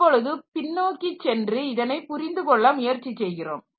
இப்பொழுது பின்னோக்கி சென்று இதனை புரிந்து கொள்ள முயற்சி செய்கிறோம்